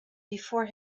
before